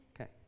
Okay